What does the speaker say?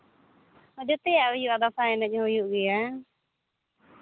ᱡᱮᱛᱮᱭᱟᱜ ᱦᱩᱭᱩᱜᱼᱟ ᱫᱟᱸᱥᱟᱭ ᱮᱱᱮᱡ ᱦᱩᱭᱩᱜ ᱜᱮᱭᱟ